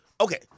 okay